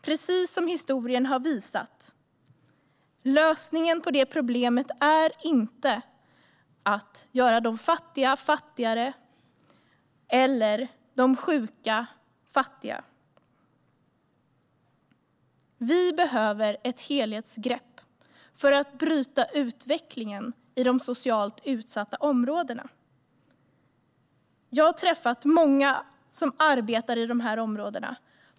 Precis som historien har visat är inte lösningen på det problemet att göra de fattiga fattigare eller de sjuka fattiga. Det behövs ett helhetsgrepp för att bryta utvecklingen i de socialt utsatta områdena. Jag har träffat många som arbetar i dessa områden.